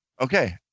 okay